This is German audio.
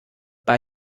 bei